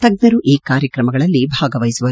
ತಜ್ಞರು ಈ ಕಾರ್ಯಕ್ರಮಗಳಲ್ಲಿ ಭಾಗವಹಿಸುವರು